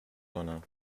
کنم